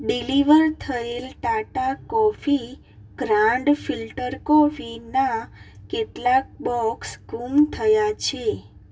deliver થયેલ Tata coffee grand filter કોફીનાં કેટલાક બોક્સ ગુમ થયાં છે